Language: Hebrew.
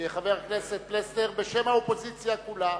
חבר הכנסת פלסנר בשם האופוזיציה כולה,